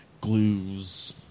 glues